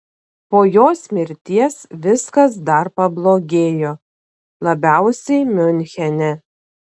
po jos mirties viskas dar pablogėjo labiausiai miunchene